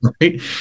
Right